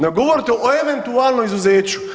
Nego govorite o eventualnom izuzeću.